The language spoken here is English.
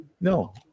No